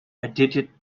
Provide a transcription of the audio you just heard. edited